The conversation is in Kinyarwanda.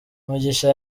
mugisha